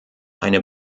eine